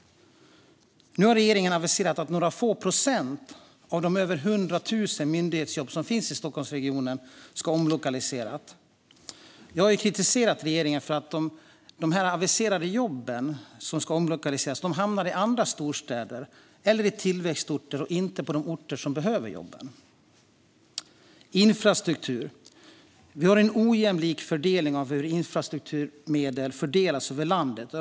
Nu har regeringen aviserat att några få procent av de över 100 000 myndighetsjobb som finns i Stockholmsregionen ska omlokaliseras. Jag har kritiserat regeringen för att de aviserade jobben som ska omlokaliseras hamnar i andra storstäder eller i tillväxtorter och inte på de orter som behöver jobben. Då går jag över till infrastrukturen. Vi har en ojämlik fördelning av hur infrastrukturmedel fördelas över landet.